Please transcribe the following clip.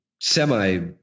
semi